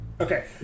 Okay